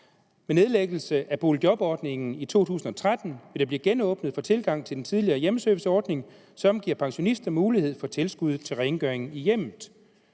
Med nedlæggelse af boligjobordningen i 2013 vil der blive genåbnet for tilgang til den tidligere hjemmeserviceordning, som giver pensionister mulighed for tilskud til rengøring i hjemmet.